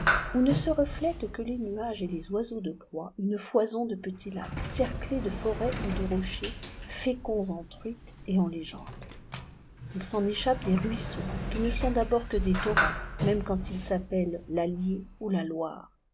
où ne se reflètent que les nuages et les oiseaux de proie une foison de petits lacs cerclés de forêts ou de rochers féconds en truites et en légendes il s'en échappe des ruisseaux qui ne sont d'abord que des torrents même quand ils s'appellent l'allier ou la loire